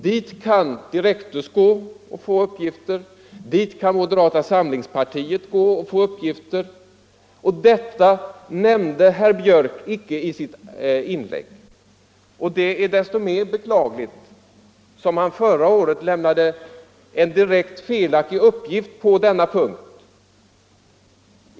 Dit kan Direktus vända sig och få uppgifter, och dit kan även moderata samlingspartiet vända sig för att få uppgifter. Att herr Björck inte nämnde detta i sitt inlägg är desto mer beklagligt som han förra året lämnade en direkt felaktig uppgift på denna punkt.